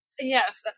Yes